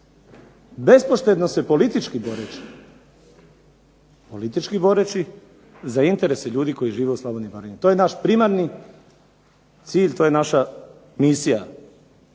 boreći, politički boreći za interese ljudi koji žive u Slavoniji i Baranji. To je naš primarni cilj, to je naša misija.